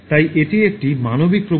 তাই এটি একটি মানবিক প্রবণতা